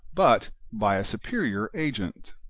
but by a superior, agent.